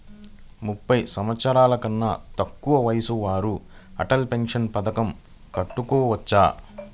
ముప్పై సంవత్సరాలకన్నా తక్కువ ఉన్నవారు అటల్ పెన్షన్ పథకం కట్టుకోవచ్చా?